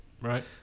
Right